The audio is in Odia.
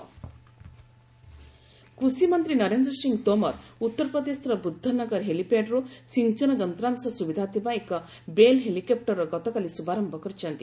ତୋମର ଲୋକଷ୍ଟ କଣ୍ଟ୍ରୋଲ୍ କୃଷିମନ୍ତ୍ରୀ ନରେନ୍ଦ୍ର ସିଂହ ତୋମର ଉତ୍ତର ପ୍ରଦେଶର ବୃଦ୍ଧ ନଗର ହେଲିପ୍ୟାଡ୍ରର୍ ସିଞ୍ଚନ ଯନ୍ତ୍ରାଂଶ ସ୍ରବିଧା ଥିବା ଏକ ବେଲ୍ ହେଲିକପୁରର ଗତକାଲି ଶୁଭାରମ୍ଭ କରିଛନ୍ତି